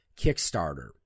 Kickstarter